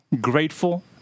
grateful